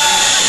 בעירייה.